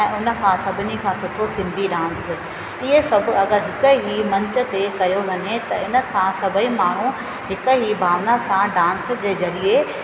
ऐं उन खां सभिनी खां सुठो सिंधी डांस इहे सभु हिकु ई मंच ते कयो वञे त इन सां सभई माण्हू हिक ई भावना सां डांस जे ज़रिए